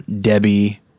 Debbie